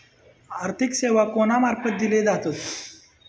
आर्थिक सेवा कोणा मार्फत दिले जातत?